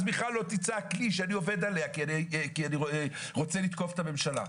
מיכל לא תצעק לי שאני עובד עליה כי אני רוצה לתקוף את הממשלה.